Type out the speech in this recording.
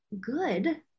good